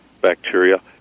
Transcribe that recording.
bacteria